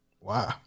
Wow